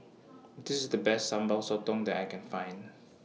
This IS The Best Sambal Sotong that I Can Find